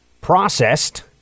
processed